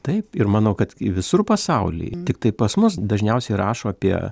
taip ir manau kad visur pasauly tiktai pas mus dažniausiai rašo apie